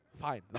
Fine